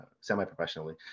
semi-professionally